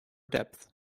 depths